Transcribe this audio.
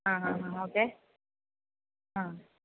അഹ് അഹ് അഹ് ഓക്കേ ആ